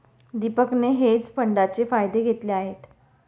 दीपकने हेज फंडाचे फायदे घेतले आहेत